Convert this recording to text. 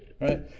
right